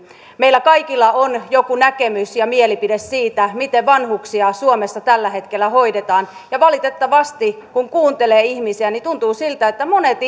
meillä kaikilla on joku näkemys ja mielipide siitä miten vanhuksia suomessa tällä hetkellä hoidetaan ja valitettavasti kun kuuntelee ihmisiä tuntuu siltä että monet